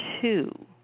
two